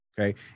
Okay